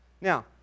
Now